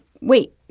Wait